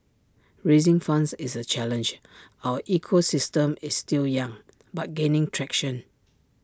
raising funds is A challenge our ecosystem is still young but gaining traction